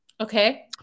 Okay